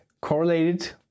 correlated